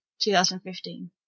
2015